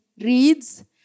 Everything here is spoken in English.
reads